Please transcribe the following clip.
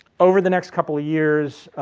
over the next couple of years,